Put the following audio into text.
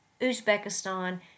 Uzbekistan